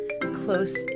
close